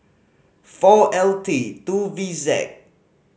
four L T two V Z